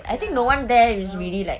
ya well